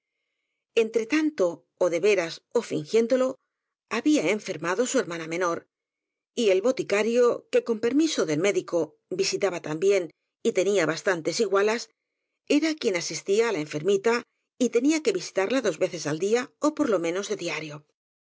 entre tanto ó de veras ó fingiéndolo había en fermado su hermana menor y el boticario que con permiso del médico visitaba también y tenía bas tantes igualas era quien asistía á la enfermita y te nía que visitarla dos veces al día ó por lo menos de diario